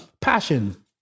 Passion